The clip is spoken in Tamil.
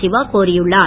சிவா கோரியுள்ளார்